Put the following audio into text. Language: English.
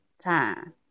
time